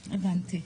הבנתי.